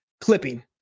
clipping